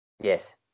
yes